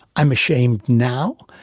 i am ashamed, now,